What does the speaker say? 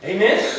Amen